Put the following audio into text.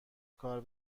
کار